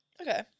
Okay